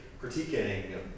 critiquing